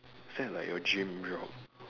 is that like your dream job